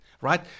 right